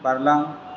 बारलां